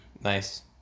Nice